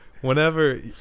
Whenever